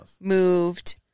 moved